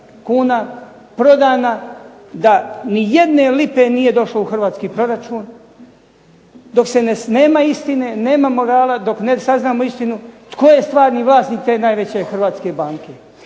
kuna prodana da ni jedne lipe nije došlo u hrvatski proračun. Dok nema istine, nema morala, dok ne saznamo istinu tko je stvarni vlasnik te najveće hrvatske banke.